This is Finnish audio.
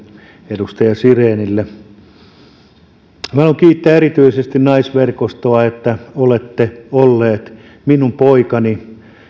edustaja sirenille minä haluan kiittää erityisesti naisverkostoa että olette olleet minun poikani